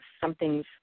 Something's